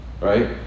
Right